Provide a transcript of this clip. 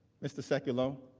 mr. secular